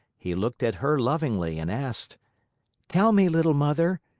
he looked at her lovingly and asked tell me, little mother,